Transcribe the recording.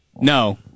no